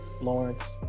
Lawrence